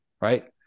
right